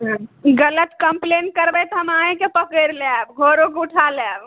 हँ गलत कम्प्लेन करबै तऽ हम अहिँके पकड़ि लैब घरो कऽ उठाय लेब